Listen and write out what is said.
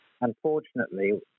Unfortunately